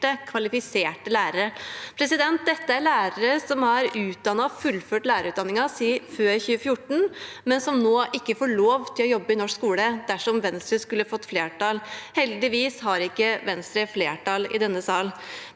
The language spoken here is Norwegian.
kvalifiserte lærere. Dette er lærere som har fullført lærerutdanningen sin før 2014, men som nå ikke får lov til å jobbe i norsk skole dersom Venstre skulle fått flertall. Heldigvis har ikke Venstre flertall i denne salen.